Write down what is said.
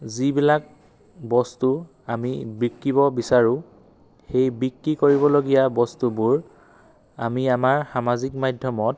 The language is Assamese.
যিবিলাক বস্তু আমি বিক্ৰীব বিচাৰোঁ সেই বিক্ৰী কৰিবলগীয়া বস্তুবোৰ আমি আমাৰ সামাজিক মাধ্যমত